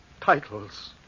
titles